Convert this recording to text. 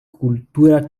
kultura